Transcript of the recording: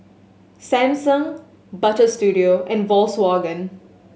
Samsung Butter Studio and Volkswagen